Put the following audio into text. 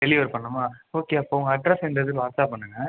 delivery பண்ணணுமா okay அப்போது உங்கள் அட்ரஸ் இந்த இதுக்கு வாட்ஸ்ஆப் பண்ணுங்கள்